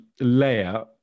layer